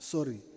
Sorry